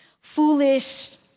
foolish